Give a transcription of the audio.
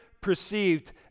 perceived